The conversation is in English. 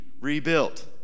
rebuilt